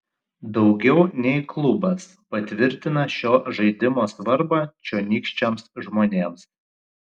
daugiau nei klubas patvirtina šio žaidimo svarbą čionykščiams žmonėms